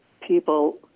people